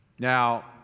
now